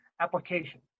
application